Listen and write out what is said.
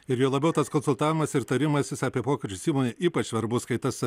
ir juo labiau tas konsultavimas ir tarimasis apie pokyčius įmonėje ypač svarbus kai tas